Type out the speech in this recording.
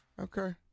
Okay